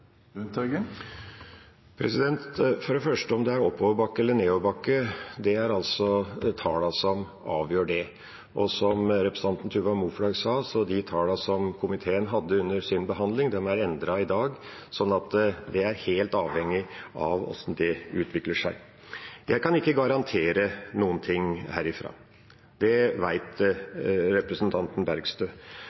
For det første: Om det er oppoverbakke eller nedoverbakke, er det altså tallene som avgjør det. Og som representanten Tuva Moflag sa, er de tallene som komiteen hadde under sin behandling, endret i dag, så det er helt avhengig av hvordan det utvikler seg. Jeg kan ikke garantere noe her ifra. Det vet representanten Bergstø.